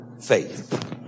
faith